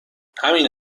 همین